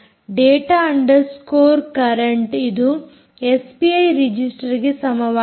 data underscore current ಇದು SPI ರಿಜಿಸ್ಟರ್ಗೆ ಸಮವಾಗಿದೆ